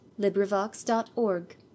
LibriVox.org